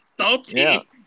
salty